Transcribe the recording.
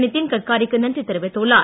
நிதின் கட்காரிக்கு நன்றி தெரிவித்துள்ளார்